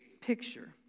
picture